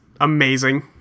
Amazing